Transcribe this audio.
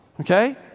okay